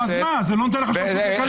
נו אז מה, זה לא נותן לך שום זכות לקלל.